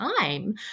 time